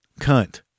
cunt